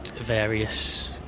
various